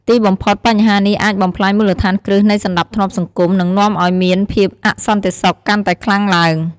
ទីបំផុត បញ្ហានេះអាចបំផ្លាញមូលដ្ឋានគ្រឹះនៃសណ្តាប់ធ្នាប់សង្គម និងនាំឱ្យមានភាពអសន្តិសុខកាន់តែខ្លាំងឡើង។